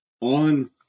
On